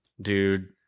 dude